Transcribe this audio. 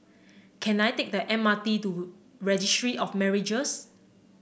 can I take the M R T to Registry of Marriages